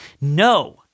No